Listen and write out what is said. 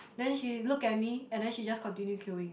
then she look at me and then she just continue queueing